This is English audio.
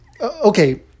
okay